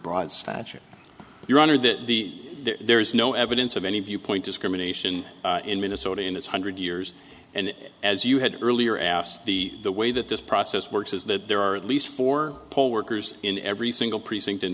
broad stature your honor that the there is no evidence of any viewpoint discrimination in minnesota in its hundred years and as you had earlier asked the the way that this process works is that there are at least four poll workers in every single precinct in